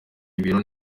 ibiro